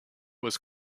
was